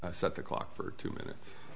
much set the clock for two minutes